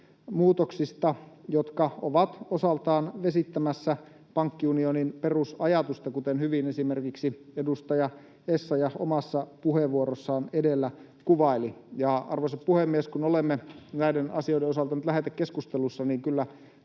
EVM-muutoksista, jotka ovat osaltaan vesittämässä pankkiunionin perusajatusta, kuten hyvin esimerkiksi edustaja Essayah omassa puheenvuorossaan edellä kuvaili. Arvoisa puhemies! Kun olemme näiden asioiden osalta nyt lähetekeskustelussa, niin kyllä